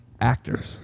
actors